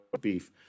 beef